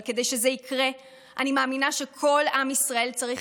אבל כדי שזה יקרה אני מאמינה שכל עם ישראל צריך